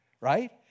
right